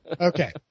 Okay